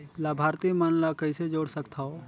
लाभार्थी मन ल कइसे जोड़ सकथव?